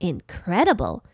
Incredible